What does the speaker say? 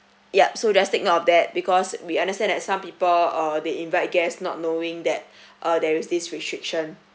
yup so just take note of that because we understand that some people uh they invite guest not knowing that uh there is this restriction